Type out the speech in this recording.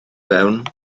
mewn